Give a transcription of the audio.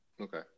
okay